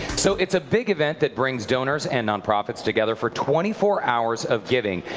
so it's a big event that brings donors and nonprofits together for twenty four hours of giving.